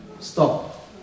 stop